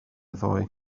ddoe